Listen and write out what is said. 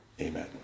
Amen